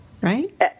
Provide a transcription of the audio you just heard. right